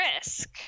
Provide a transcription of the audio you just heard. risk